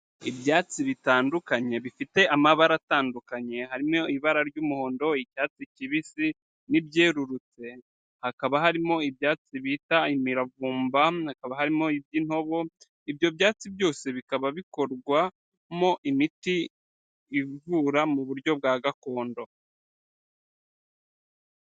Ibyatsi bitandukanye bifite amabara atandukanye, harimo ibara ry'umuhondo, icyatsi kibisi, n'ibyerurutse, hakaba harimo ibyatsi bita imiravumba, haba harimo iby'intobo, ibyo byatsi byose bikaba bikorwamo imiti ivura mu buryo bwa gakondo.